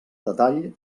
detall